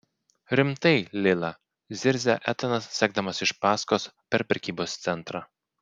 rimtai lila zirzia etanas sekdamas iš paskos per prekybos centrą